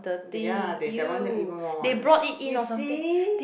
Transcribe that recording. the ya they that one the even more you see